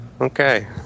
Okay